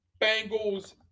Bengals